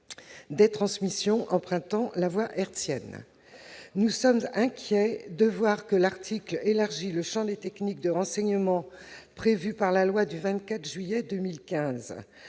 des transmissions empruntant la voie hertzienne. Nous sommes inquiets de voir que l'article 8 élargit le champ des techniques de renseignement prévues par la loi du 24 juillet 2015.